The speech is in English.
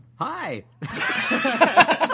Hi